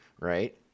Right